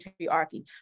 patriarchy